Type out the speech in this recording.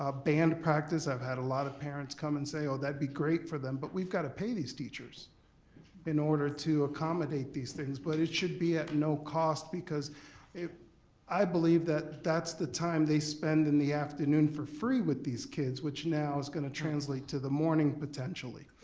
ah band practice, i've had a lot of parents come and say oh that'd be great for them. but we've gotta pay these teachers in order to accommodate these things but it should be at no cost because i believe that that's the time they spend in the afternoon for free with these kids, which now is gonna translate to the morning potentially.